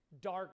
dark